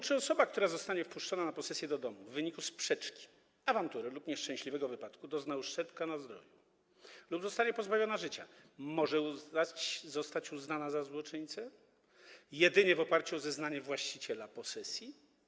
Czy osoba, która zostanie wpuszczona na posesję, do domu i w wyniku sprzeczki, awantury lub nieszczęśliwego wypadku dozna uszczerbku na zdrowiu lub zostanie pozbawiona życia, może zostać uznana za złoczyńcę jedynie w oparciu o zeznanie właściciela posesji?